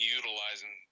utilizing